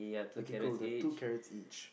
okay cool there are two carrots each